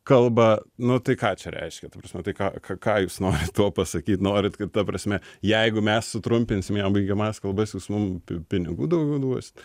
kalba nu tai ką čia reiškia ta prasme tai ką ką jūs norit tuo pasakyt norit kad ta prasme jeigu mes sutrumpinsim jam baigiamąsias kalbas jūs mum pinigų daugiau duosit